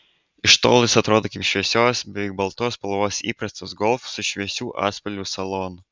iš tolo jis atrodo kaip šviesios beveik baltos spalvos įprastas golf su šviesių atspalvių salonu